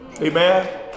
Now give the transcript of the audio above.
amen